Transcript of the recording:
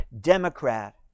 Democrat